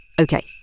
Okay